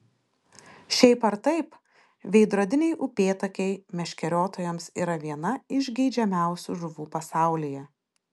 šiaip ar taip veidrodiniai upėtakiai meškeriotojams yra viena iš geidžiamiausių žuvų pasaulyje